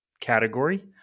category